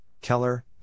Keller